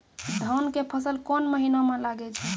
धान के फसल कोन महिना म लागे छै?